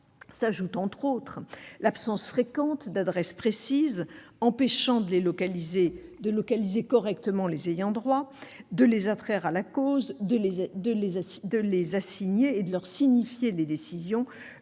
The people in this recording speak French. particularités, l'absence fréquente d'adresses précises empêchant de localiser correctement les ayants droit, de les attraire à la cause, de les assigner et de leur signifier les décisions,